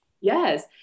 Yes